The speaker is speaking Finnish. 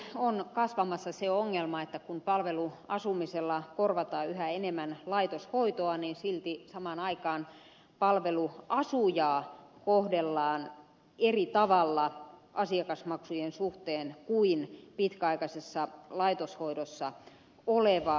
meilläkin on todellakin kasvamassa se ongelma että kun palveluasumisella korvataan yhä enemmän laitoshoitoa niin silti samaan aikaan palveluasujaa kohdellaan eri tavalla asiakasmaksujen suhteen kuin pitkäaikaisessa laitoshoidossa olevaa